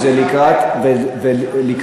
אף אחד מיש עתיד לא מפריע...